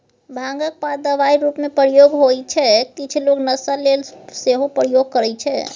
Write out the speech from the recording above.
भांगक पात दबाइ रुपमे प्रयोग होइ छै किछ लोक नशा लेल सेहो प्रयोग करय छै